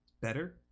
better